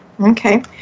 Okay